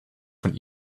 von